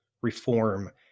reform